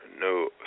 no